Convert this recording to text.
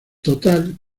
total